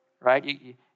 right